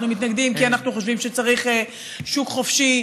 אנחנו מתנגדים כי אנחנו חושבים שצריך שוק חופשי,